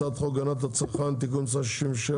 הצעת חוק הגנת הצרכן (תיקון מספר 67)